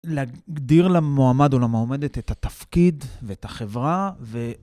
להגדיר למועמד או למעומדת את התפקיד ואת החברה.. ו..